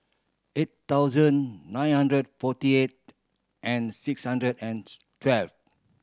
eight thousand nine hundred forty eight and six hundred and twelve